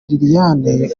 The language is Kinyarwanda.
liliane